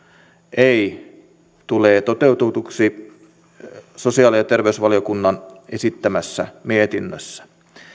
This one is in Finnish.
ei tule toteutetuksi sosiaali ja terveysvaliokunnan esittämässä mietinnössä